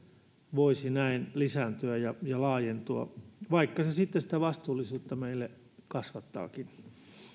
voisi näin lisääntyä ja laajentua vaikka se sitten sitä vastuullisuutta meille kasvattaakin